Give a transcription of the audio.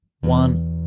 one